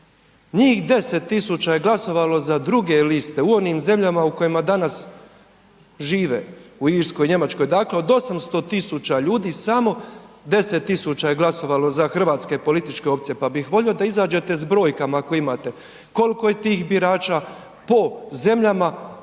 njih 10 000 je glasovali za druge liste u onim zemljama u kojima danas žive, u Irskoj, Njemačko, dakle od 800 000 ljudi, samo 10 000 je glasovali za hrvatske političke opcije pa bih volio da izađete s brojkama ako imate, koliko je tih birača po zemljama,